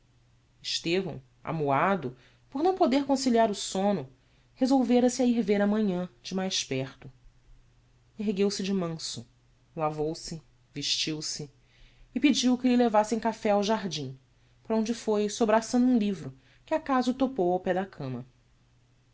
estevão amuado por não poder conciliar o somno resolvera se a ir ver a manhã de mais perto ergueu-se de manso lavou-se vestiu-se e pediu que lhe levassem café ao jardim para onde foi sobraçando um livro que acaso topou ao pé da cama